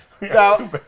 Now